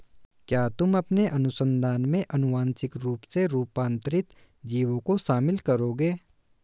क्या तुम अपने अनुसंधान में आनुवांशिक रूप से रूपांतरित जीवों को शामिल करोगे?